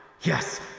Yes